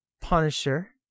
Punisher